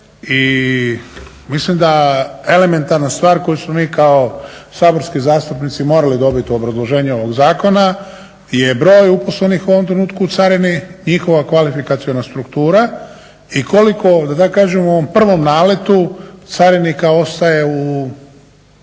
I mislim da elementarna stvar koju smo mi kao saborski zastupnici morali dobiti u obrazloženju ovoga zakona je broj uposlenih u ovom trenutku u carini njihova kvalifikaciona struktura i koliko da tako kažem u ovom prvom naletu carinika ostaje u